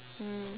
mm